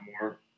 more